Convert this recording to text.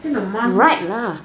this is my mask meh